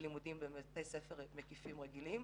בלימודים בבתי ספר מקיפים ורגילים,